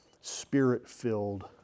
Spirit-filled